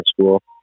school